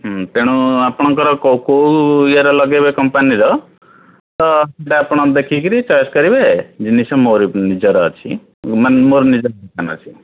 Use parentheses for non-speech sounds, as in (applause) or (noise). ତେଣୁ ଆପଣଙ୍କର କେଉଁ ଇଏର ଲଗାଇବେ କମ୍ପାନୀର ତ (unintelligible) ଆପଣ ଦେଖିକରି ଚଏସ୍ କରିବେ ଜିନିଷ ମୋର ନିଜର ଅଛି ମୋର ନିଜର ଦୋକାନ ଅଛି